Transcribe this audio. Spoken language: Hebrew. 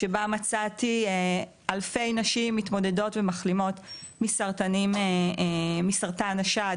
שבה מצאתי אלפי נשים מתמודדות ומחלימות מסרטן השד,